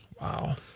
Wow